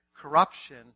corruption